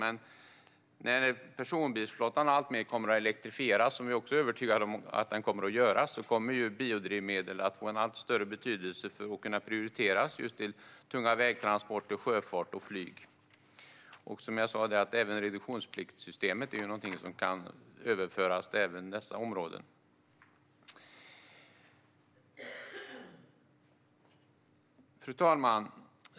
Men när personbilsflottan alltmer kommer att elektrifieras, vilket vi är övertygade om att den kommer att göra, kommer biodrivmedel att få en allt större betydelse. Det kommer att kunna prioriteras också ut till tunga vägtransporter, sjöfart och flyg. Även reduktionspliktsystemet är som sagt någonting som kan överföras också till dessa områden. Fru talman!